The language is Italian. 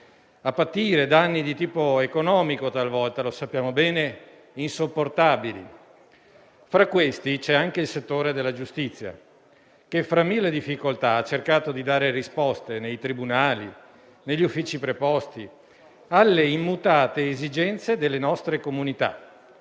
a patire danni di tipo economico, talvolta, lo sappiamo bene, insopportabili. Fra questi c'è anche il settore della giustizia, che, fra mille difficoltà, ha cercato di dare risposte nei tribunali e negli uffici preposti alle immutate esigenze delle nostre comunità.